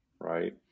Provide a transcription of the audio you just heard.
right